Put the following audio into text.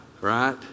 Right